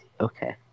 Okay